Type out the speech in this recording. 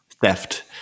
theft